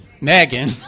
Megan